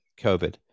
COVID